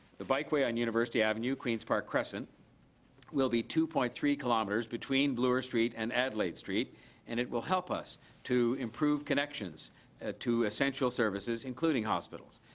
the bikeway on university avenue queens park crescent will be two point three kilometres between bloor street and adelaide street and it will help us to improve connections ah to essential services including hospitals,